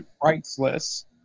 priceless